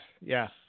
Yes